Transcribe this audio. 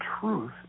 truth